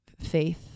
faith